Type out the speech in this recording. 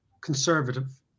conservative